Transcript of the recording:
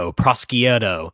prosciutto